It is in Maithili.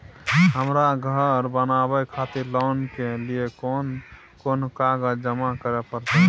हमरा धर बनावे खातिर लोन के लिए कोन कौन कागज जमा करे परतै?